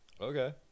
Okay